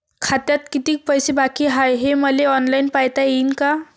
खात्यात कितीक पैसे बाकी हाय हे मले ऑनलाईन पायता येईन का?